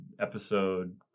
episode